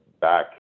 back